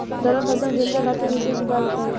दलहन फसल के सुरक्षा खातिर विशेष उपाय बताई?